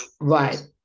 right